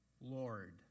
Lord